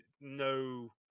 no